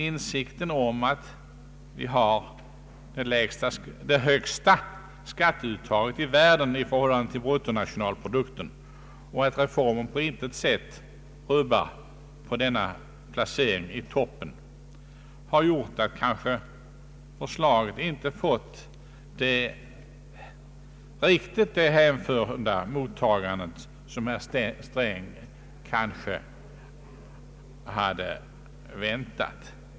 Insikten om att vi har det högsta skatteuttaget i världen i förhållande till bruttonationalprodukten, och att reformen på intet sätt rubbar denna placering i toppen, har gjort att förslaget inte fått riktigt det hänförda mottagande som herr Sträng kanske hade väntat.